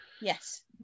Yes